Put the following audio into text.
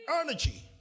Energy